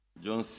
John